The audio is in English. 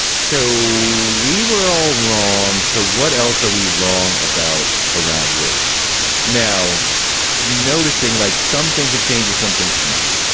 so we were all wrong. so what else are we wrong about? around race now noticing like some things have changed, some things have not.